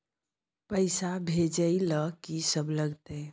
पैसा भेजै ल की सब लगतै?